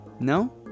No